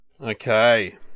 Okay